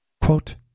Quote